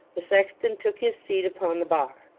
the sexton took his seat upon the bar,